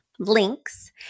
links